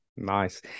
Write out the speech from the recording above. Nice